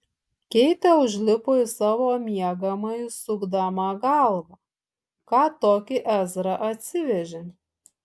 keitė užlipo į savo miegamąjį sukdama galvą ką tokį ezra atsivežė